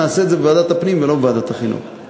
נעשה את זה בוועדת הפנים ולא בוועדת החינוך.